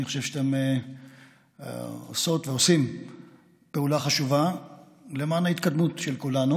אני חושב שאתם עושות ועושים פעולה חשובה למען ההתקדמות של כולנו.